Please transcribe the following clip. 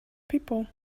people